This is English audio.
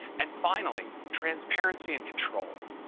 and finally, transparency and control.